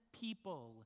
people